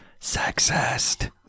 Sexist